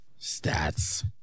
stats